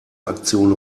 aktion